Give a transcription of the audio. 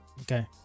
Okay